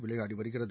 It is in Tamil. விளையாடி வருகிறது